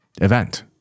event